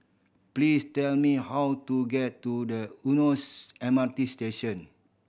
please tell me how to get to the Eunos M R T Station